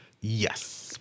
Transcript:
Yes